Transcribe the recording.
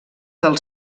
del